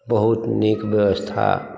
बहुत नीक व्यवस्था